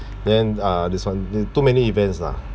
then uh this [one] then too many events lah